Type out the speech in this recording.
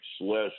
less